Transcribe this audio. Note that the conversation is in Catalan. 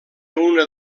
una